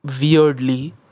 weirdly